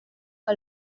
que